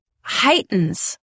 heightens